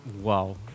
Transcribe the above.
wow